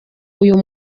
uyu